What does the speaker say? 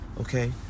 Okay